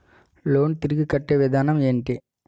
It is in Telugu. లోన్ తిరిగి కట్టే విధానం ఎంటి?